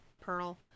pearl